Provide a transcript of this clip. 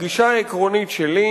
הגישה העקרונית שלי,